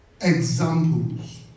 examples